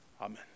Amen